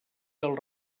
del